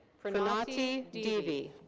pranathi divi.